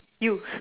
you